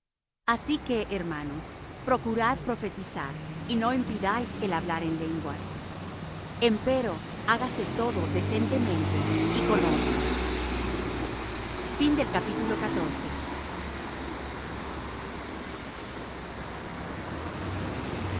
así que hermanos procurad profetizar y no impidáis el hablar lenguas empero hagáse todo decentemente y con orden